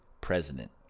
president